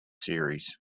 series